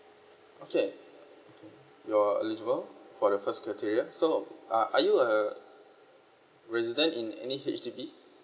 okay okay you're eligible for the first criteria so uh are you a resident in any H_D_B